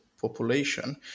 population